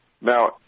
now